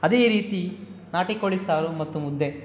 ಅದೇ ರೀತಿ ನಾಟಿ ಕೋಳಿ ಸಾರು ಮತ್ತು ಮುದ್ದೆ